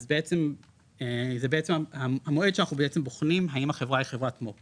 אז בעצם זה בעצם המועד שאנחנו בעצם בוחנים האם החברה היא חברת מו"פ,